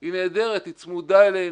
היא נהדרת, היא צמודה אלינו,